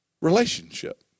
relationship